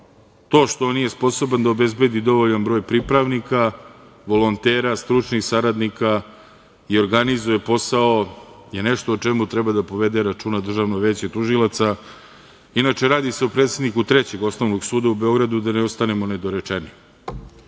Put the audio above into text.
što nije sposoban da obezbedi dovoljan broj pripravnika, volontera, stručnih saradnika i organizuje posao je nešto o čemu treba da povede računa Državno veće tužilaca. Inače, radi se o predsedniku Trećeg osnovnog suda u Beogradu, da ne ostanemo nedorečeni. Ja